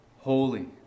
holy